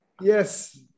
Yes